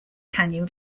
canyon